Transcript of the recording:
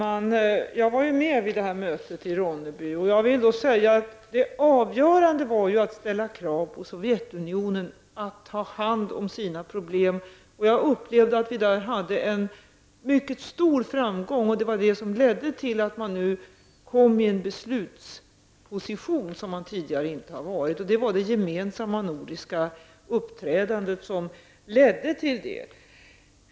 Fru talman! Jag var med på det här mötet i Ronneby. Det avgörande där var att ställa krav på Sovjetunionen att ta hand om sina problem. Jag upplevde att vi där hade en mycket stor framgång. Det var det som ledde till att man nu kom i en beslutsposition, som man tidigare inte befunnit sig i. Det var det gemensamma nordiska uppträdandet som ledde till det.